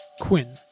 Quinn